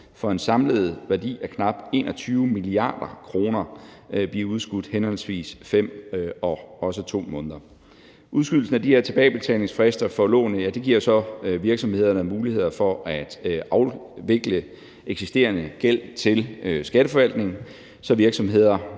for en samlet værdi af knap 21 mia. kr. blive udskudt henholdsvis 5 og 2 måneder. Udskydelsen af de her tilbagebetalingsfrister for lånene giver jo så virksomhederne muligheder for at afvikle eksisterende gæld til skatteforvaltningen, så virksomhederne